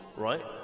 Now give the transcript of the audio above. Right